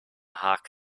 haak